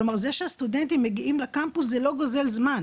כלומר זה שהסטודנטים מגיעים לקמפוס זה לא גזול זמן,